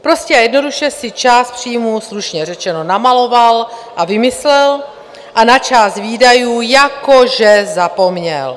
Prostě a jednoduše si část příjmů, slušně řečeno, namaloval a vymyslel a na část výdajů jako že zapomněl.